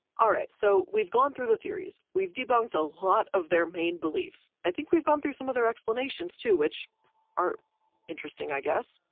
so we've gone through the theories. we've debunked a lot of their main beliefs. i think we've gone through some of their explanations too, which are interesting, i guess.